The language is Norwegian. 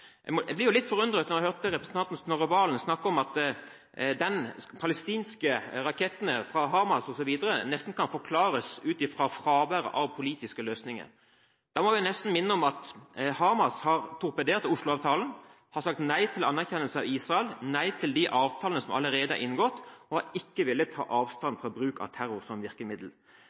Jeg ble litt forundret da jeg hørte representanten Snorre Serigstad Valen snakke om at de palestinske rakettene fra Hamas osv. nesten kan forklares ut fra fravær av politiske løsninger. Da må vi nesten minne om at Hamas har torpedert Oslo-avtalen, har sagt nei til anerkjennelse av Israel, har sagt nei til de avtalene som allerede er inngått, og ikke har villet ta avstand fra bruk av terror som virkemiddel.